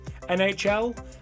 nhl